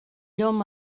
llom